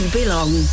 belong